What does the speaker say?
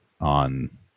on